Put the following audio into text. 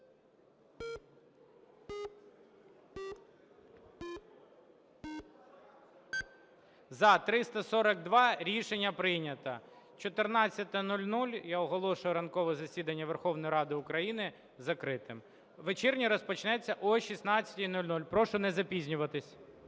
За – 342 Рішення прийнято. 14:00. Я оголошую ранкове засідання Верховної Ради України закритим. Вечірнє розпочнеться о 16:00. Прошу не запізнюватися.